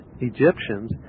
Egyptians